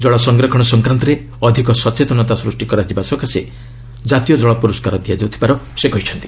ଜଳ ସଂରକ୍ଷଣ ସଂକ୍ରାନ୍ତରେ ଅଧି ସଚେତନତା ସୃଷ୍ଟି କରାଯିବା ସକାଶେ ଜାତୀୟ ଜଳ ପୁରସ୍କାର ଦିଆଯାଉଥିବାର ସେ କହିଛନ୍ତି